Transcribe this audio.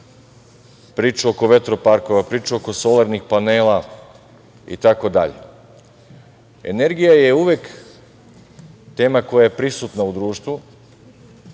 priču oko vetroparkova, priču oko solarnih panela, itd. Energija je uvek tema koja je prisutna u društvu,